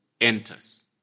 enters